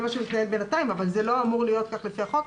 זה מה שמתנהל בינתיים אבל זה לא אמור להיות כך לפי החוק.